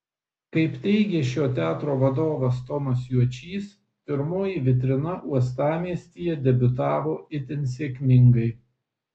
kaip teigė šio teatro vadovas tomas juočys pirmoji vitrina uostamiestyje debiutavo itin sėkmingai